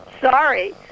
Sorry